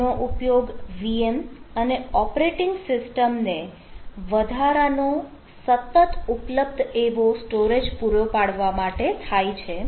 તેનો ઉપયોગ VM અને ઓપરેટિંગ સિસ્ટમ ને વધારાનો સતત ઉપલબ્ધ એવો સ્ટોરેજ પૂરો પાડવા માટે થાય છે